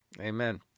Amen